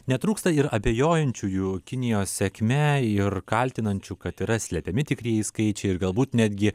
netrūksta ir abejojančiųjų kinijos sėkme ir kaltinančių kad yra slepiami tikrieji skaičiai ir galbūt netgi